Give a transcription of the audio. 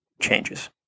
changes